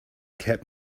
kept